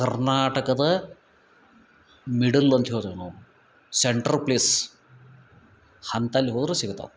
ಕರ್ನಾಟಕದ ಮಿಡಲ್ ಅಂತ ಹೇಳ್ತೇವೆ ನಾವು ಸೆಂಟ್ರಲ್ ಪ್ಲೇಸ್ ಹಂತಲ್ಲಿ ಹೋದ್ರ ಸಿಗುತಾವು